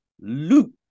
Luke